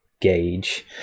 gauge